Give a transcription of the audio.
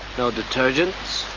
no detergents.